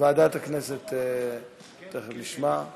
ההצעה להעביר את הנושא לוועדה שתקבע ועדת הכנסת נתקבלה.